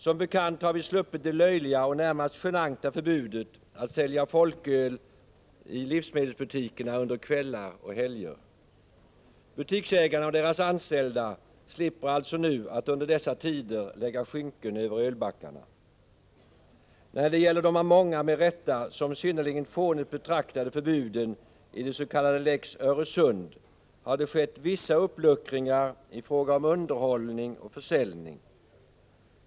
Som bekant har vi sluppit det löjliga och närmast genanta förbudet att sälja folköl i livsmedelsbutikerna under kvällar och helger. Butiksägarna och deras anställda slipper alltså nu att under dessa tider lägga skynken över ölbackarna. När det gäller de av många med rätta som synnerligen fåniga betraktade förbuden i den s.k. lex Öresund har det skett vissa uppluckringar i fråga om underhållning och försäljning.